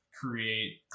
create